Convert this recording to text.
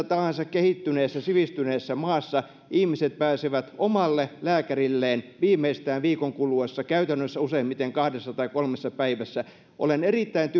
tahansa kehittyneessä sivistyneessä maassa ihmiset pääsevät omalle lääkärilleen viimeistään viikon kuluessa käytännössä useimmiten kahdessa tai kolmessa päivässä olen erittäin